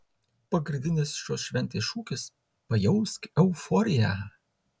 pagrindinis šios šventės šūkis pajausk euforiją